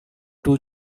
two